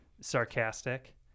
sarcastic